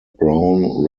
brown